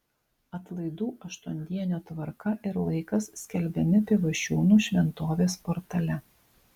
atlaidų aštuondienio tvarka ir laikas skelbiami pivašiūnų šventovės portale